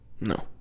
No